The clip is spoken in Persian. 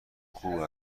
خوب